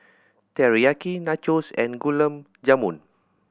Teriyaki Nachos and Gulab Jamun